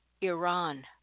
Iran